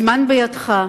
הזמן בידך,